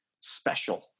special